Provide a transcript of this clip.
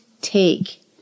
take